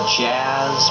jazz